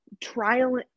trial